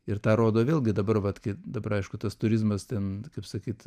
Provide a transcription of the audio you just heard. ir tą rodo vėlgi dabar vat kai dabar aišku tas turizmas ten kaip sakyt